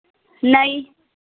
नहीं